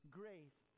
grace